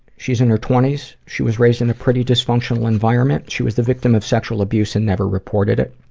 she's in her twenties. she was raised in a pretty dysfunctional environment. she was the victim of sexual abuse and never reported it.